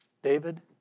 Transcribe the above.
David